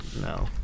no